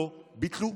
לא ביטלו.